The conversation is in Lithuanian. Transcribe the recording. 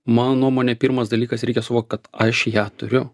mano nuomone pirmas dalykas reikia suvokt kad aš ją turiu